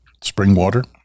Springwater